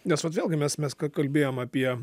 nes vat vėlgi mes mes kalbėjom apie